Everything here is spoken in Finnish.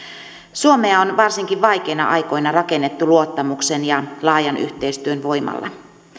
suomea on varsinkin vaikeina aikoina rakennettu luottamuksen ja laajan yhteistyön voimalla